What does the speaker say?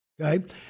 Okay